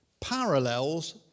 parallels